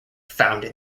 founded